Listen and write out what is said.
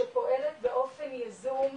שפועלת באופן יזום,